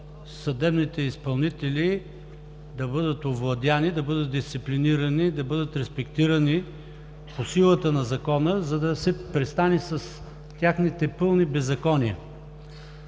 съдебните изпълнители да бъдат овладени, да бъдат дисциплинирани и да бъдат респектирани по силата на Закона, за да се престане с техните пълни беззакония.